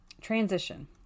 Transition